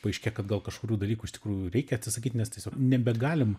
paaiškėja kad gal kažkurių dalykų iš tikrųjų reikia atsisakyt nes tiesiog nebegalim